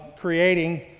creating